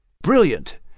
Brilliant